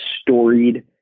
storied